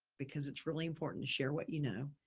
because it's really important to share what you know.